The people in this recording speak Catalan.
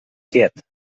quiet